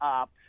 up